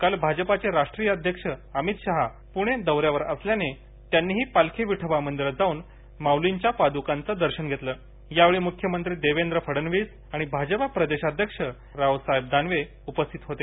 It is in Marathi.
काल भाजपचे राषट्रीया अध्यक्ष अमित शहा पुणे दौ या वर असल्यानी त्यांनी ही पालखी विठोबा मंदिरात जाउन माऊलींच्या पालखीचं दर्शन घेतलं यावेळी मुख्यमंत्री देवेंद्र फडणवीस माजापा प्रदेशाध्यक्ष रावसाहेब दानवे उपस्थित होते